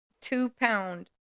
two-pound